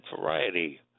variety